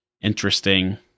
interesting